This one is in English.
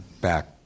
back